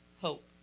hope